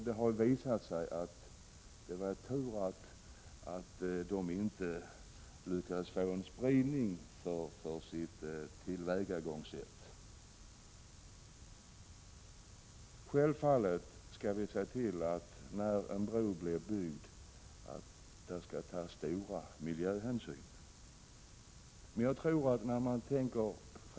Det har visat sig att det var tur att de inte lyckades få spridning för sitt tillvägagångssätt. Självfallet skall vi se till att stora miljöhänsyn tas när bron byggs.